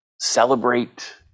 celebrate